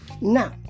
Now